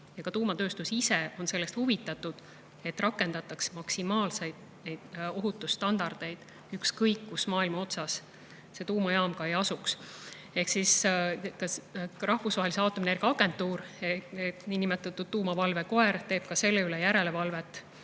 Ka tuumatööstus ise on sellest huvitatud, et rakendataks maksimaalseid ohutusstandardeid, ükskõik kus maailma otsas tuumajaam ka ei asuks. Rahvusvaheline Aatomienergiaagentuur, niinimetatud tuumavalvekoer, teeb ka selle üle järelevalvet,